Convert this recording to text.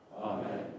Amen